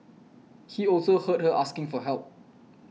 he also heard her asking for help